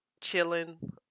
chilling